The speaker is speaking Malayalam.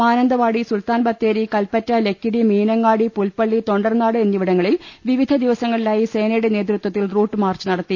മാനന്തവാടി സുൽത്താൻബത്തേരി കൽപ്പറ്റ ലക്കിടി മീനങ്ങാടി പുൽപ്പള്ളി തൊണ്ടർനാട് എന്നിവി ടങ്ങളിൽ വിവിധ ദിവസങ്ങളിലായി സേനയുടെ നേതൃത്വത്തിൽ റൂട്ട്മാർച്ച് നടത്തി